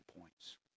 points